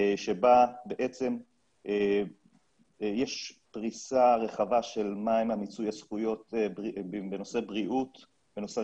שבה יש פריסה רחבה של מה הוא מיצוי זכויות בנושא בריאות,